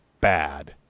bad